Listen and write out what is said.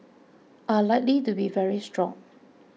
are likely to be very strong